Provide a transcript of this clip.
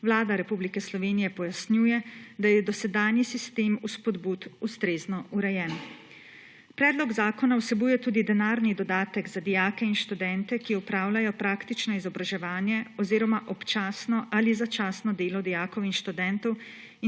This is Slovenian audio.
Vlada Republike Slovenije pojasnjuje, da je dosedanji sistem spodbud ustrezno urejen. Predlog zakona vsebuje tudi denarni dodatek za dijake in študente, ki opravljajo praktično izobraževanje oziroma občasno ali začasno delo dijakov in študentov,